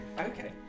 Okay